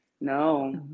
no